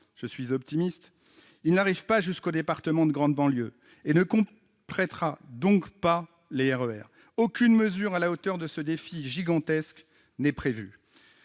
je suis optimiste -, n'arrive pas jusqu'aux départements de grande banlieue et ne complétera donc pas l'offre du RER. Aucune mesure à la hauteur de ce défi gigantesque n'est prévue.